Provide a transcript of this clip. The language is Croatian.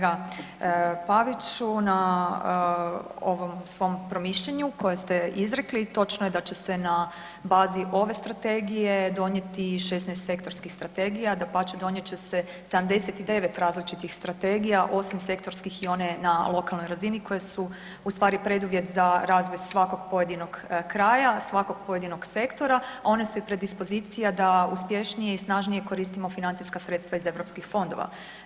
Hvala vam lijepo kolega Paviću na ovom svom promišljanju koje ste izrekli i točno je da će se na bazi ove strategije donijeti 16 sektorskih strategija, dapače donijet će se 79 različitih strategija, osim sektorskih i one na lokalnoj razini koje su u stvari preduvjet za razvoj svakog pojedinog kraja, svakog pojedinog sektora, one su i preddispozicija da uspješnije i snažnije koristimo financijska sredstava iz europskih fondova.